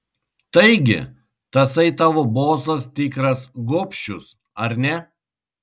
taigi tasai tavo bosas tikras gobšius ar ne